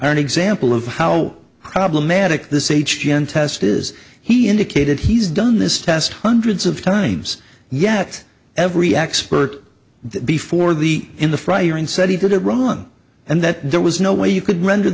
are an example of how problematic this h d n test is he indicated he's done this test hundreds of times yet every expert before the in the fryer and said he didn't run and that there was no way you could ren